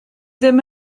ddim